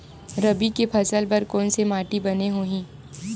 रबी के फसल बर कोन से माटी बने होही?